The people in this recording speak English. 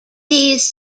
these